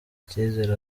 icyizere